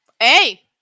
Hey